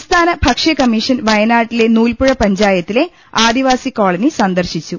സംസ്ഥാന ഭക്ഷ്യകമ്മീഷൻ വയനാട്ടിലെ നൂൽപ്പുഴ പഞ്ചായത്തിലെ ആദിവാസികോളനി സന്ദർശിച്ചു